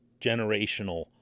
generational